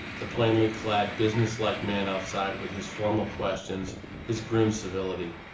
the plainly-clad, businesslike man outside, with his formal questions, his grim civility.